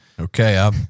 Okay